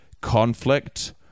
conflict